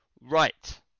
Right